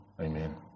Amen